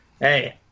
hey